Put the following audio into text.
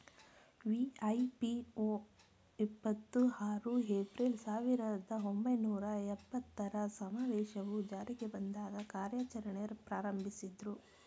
ವಿ.ಐ.ಪಿ.ಒ ಇಪ್ಪತ್ತು ಆರು ಏಪ್ರಿಲ್, ಸಾವಿರದ ಒಂಬೈನೂರ ಎಪ್ಪತ್ತರ ಸಮಾವೇಶವು ಜಾರಿಗೆ ಬಂದಾಗ ಕಾರ್ಯಾಚರಣೆ ಪ್ರಾರಂಭಿಸಿದ್ರು